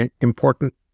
important